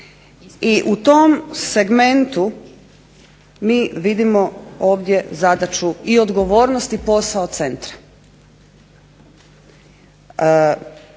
i u tom segmentu mi vidimo ovdje zadaću i odgovornost i posao centra.